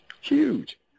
huge